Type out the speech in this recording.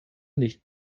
nicht